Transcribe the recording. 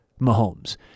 Mahomes